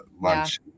lunch